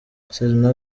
selena